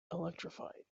electrified